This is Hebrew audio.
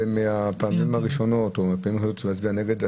זאת אחת מהפעמים הראשונות שאני מצביע נגד.